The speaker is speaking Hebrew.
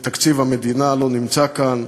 תקציב המדינה, לא נמצא כאן,